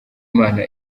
imana